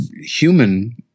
human